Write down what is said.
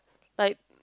like